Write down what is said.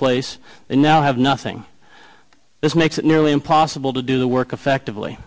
place and now have nothing this makes it nearly impossible to do the work effectively